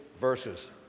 verses